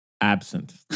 Absent